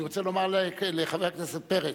אני רוצה לומר לחבר הכנסת פרץ,